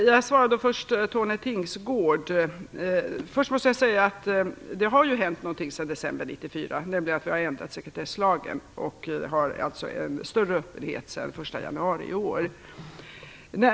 Fru talman! Först måste jag säga, Tone Tingsgård, att det har hänt någonting sedan december 1994, nämligen att vi har ändrat sekretesslagen och har en större öppenhet sedan den 1 januari i år.